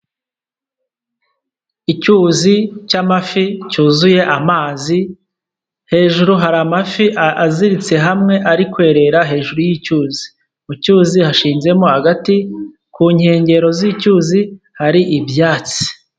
Icyuzi cy'amafi cyuzuye amazi hejuru hari amafi aziritse hamwe ari kwerera hejuru y'icyuzi. Mu cyuzi hashinzemo agati ku nkengero z'icyuzi hari ibyatsi.